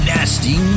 Nasty